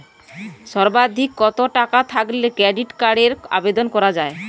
সর্বাধিক কত টাকা থাকলে ক্রেডিট কার্ডের আবেদন করা য়ায়?